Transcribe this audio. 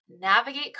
navigate